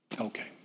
Okay